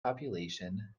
population